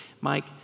Mike